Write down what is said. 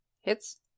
Hits